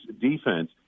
defense